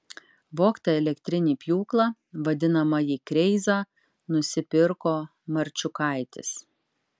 vogtą elektrinį pjūklą vadinamąjį kreizą nusipirko marčiukaitis